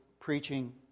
preaching